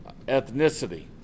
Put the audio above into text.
ethnicity